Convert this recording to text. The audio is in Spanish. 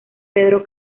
pedro